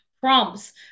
prompts